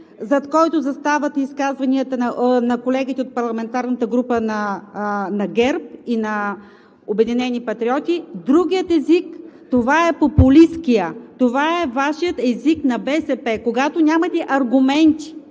зад който застават изказванията на колегите от парламентарната група на ГЕРБ и на „Обединени патриоти“. Другият език е популисткият, това е Вашият език – на БСП. Когато нямате аргументи,